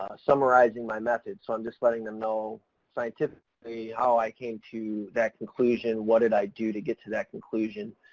summarizing my method. so i'm just letting them know scientifically, how i came to that conclusion, what did i do to get to that conclusion.